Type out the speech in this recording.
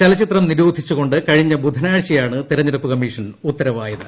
ചലച്ചിത്രം നിരോധിച്ചുകൊണ്ട് കഴിഞ്ഞ ബുധനാഴ്ചയാണ് തെരഞ്ഞെടുപ്പ് കമ്മീഷൻ ഉത്തരവായത്